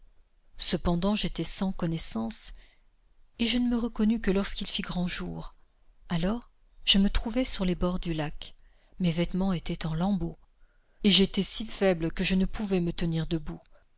cependant j'étais sans connaissance et je ne me reconnus que lorsqu'il fit grand jour alors je me trouvai sur les bords du lac mes vêtemens étaient en lambeaux et j'étais si faible que je ne pouvais me tenir debout